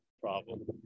problem